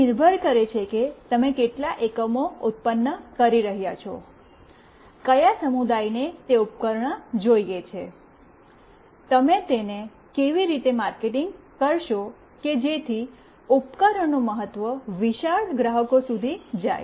તે નિર્ભર કરે છે કે તમે કેટલા એકમો ઉત્પન્ન કરી રહ્યા છો કયા સમુદાયને તે ઉપકરણ જોઈએ છે તમે તેને કેવી રીતે માર્કેટિંગ કરશો કે જેથી ઉપકરણનું મહત્વ વિશાળ ગ્રાહકો સુધી જાય